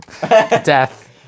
death